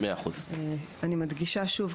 100%. אני מדגישה שוב,